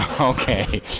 Okay